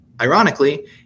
ironically